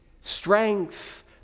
strength